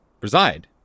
reside